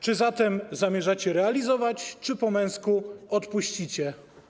Czy zatem zamierzacie realizować, czy po męsku odpuścicie?